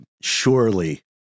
surely